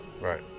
Right